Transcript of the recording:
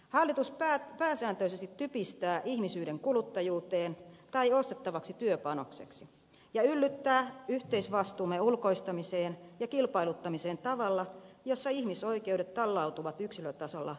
hallitus pääsääntöisesti typistää ihmisyyden kuluttajuuteen tai ostettavaksi työpanokseksi ja yllyttää yhteisvastuumme ulkoistamiseen ja kilpailuttamiseen tavalla jossa ihmisoikeudet tallautuvat yksilötasolla järjestelmän jalkoihin